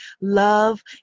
love